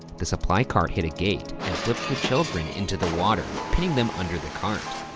the supply cart hit a gate and flipped the children into the water, pinning them under the cart.